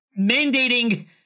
mandating